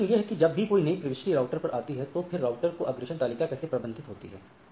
अब प्रश्न यह है कि जब भी कोई नई प्रविष्टि राउटर पर आती है तो फिर राउटर की अग्रेषण तालिका कैसे प्रबंधित होती है